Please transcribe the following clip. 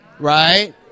Right